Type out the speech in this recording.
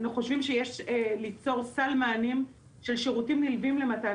אנו חושבים שיש ליצור סל מענים של שירותים נלווים למתן